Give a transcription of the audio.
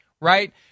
right